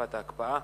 ואכיפת ההקפאה.